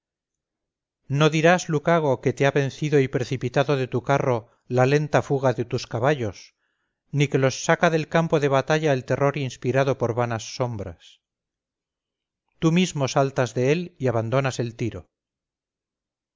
no dirás lucago que te ha vencido y precipitado de tu carro la lenta fuga de tus caballos ni que los saca del campo de batalla el terror inspirado por vanas sombras tú mismo saltas de él y abandonas el tiro